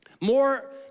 more